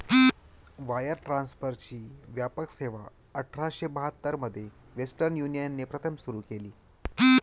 wire ट्रान्सफरची व्यापक सेवाआठराशे बहात्तर मध्ये वेस्टर्न युनियनने प्रथम सुरू केली